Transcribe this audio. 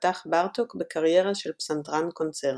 פתח בארטוק בקריירה של פסנתרן קונצרטים.